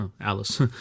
Alice